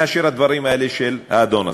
מאשר הדברים האלה של האדון הזה?